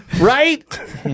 Right